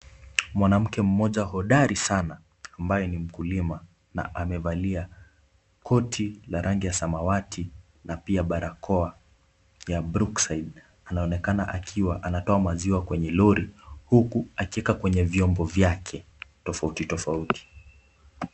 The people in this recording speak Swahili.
Mwanamke mmoja hodari sana ambaye ni mkulima na amevalia koti la rangi ya samawati na pia barakoa ya Brookside, anaonekana akiwa anatoa maziwa kwenye lori, huku akieka kwenye vyombo vyake tofauti tofauti.